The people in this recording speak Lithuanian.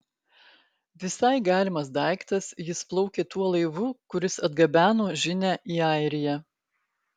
visai galimas daiktas jis plaukė tuo laivu kuris atgabeno žinią į airiją